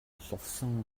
лувсан